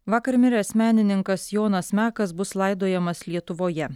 vakar miręs menininkas jonas mekas bus laidojamas lietuvoje